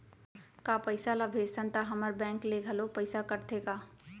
का पइसा ला भेजथन त हमर बैंक ले घलो पइसा कटथे का?